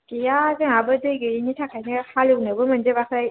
गैया जोंहाबो दै गैयिनि थाखायनो हालेवनोबो मोनजोबाखै